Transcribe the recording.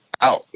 out